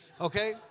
okay